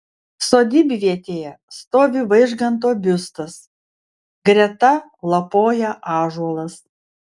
sodybvietėje stovi vaižganto biustas greta lapoja ąžuolas